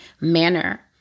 manner